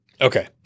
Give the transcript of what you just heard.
Okay